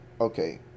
okay